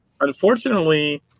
Unfortunately